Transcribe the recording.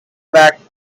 back